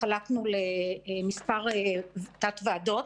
התחלקנו לתתי ועדות,